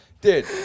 Dude